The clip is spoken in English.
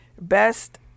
Best